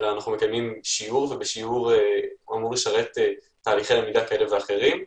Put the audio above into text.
אלא אנחנו מקיימים שיעור ושיעור אמור לשרת תהליכי למידה כאלה ואחרים.